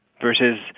versus